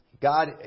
God